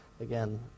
again